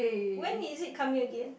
when is it coming again